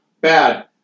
bad